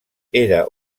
era